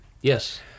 yes